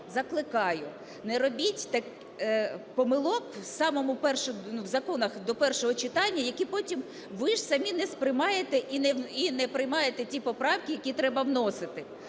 закликаю не робіть помилок в законах до першого читання, які потім ви ж самі не сприймаєте і не приймаєте ті поправки, які треба вносити.